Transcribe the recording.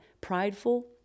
prideful